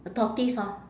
a tortoise orh